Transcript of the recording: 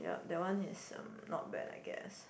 ya that one is um not bad I guess